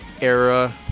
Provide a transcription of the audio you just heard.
era